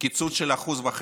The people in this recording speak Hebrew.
קיצוץ של 1.5%,